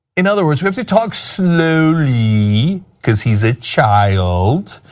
in other words, we have to talk slowly because he is a child.